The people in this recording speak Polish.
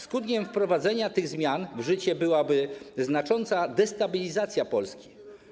Skutkiem wprowadzenia tych zmian w życie byłaby znacząca destabilizacja Polski.